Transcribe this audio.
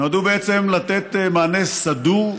נועדו לתת מענה סדור,